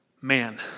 Man